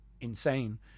insane